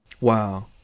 wow